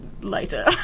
later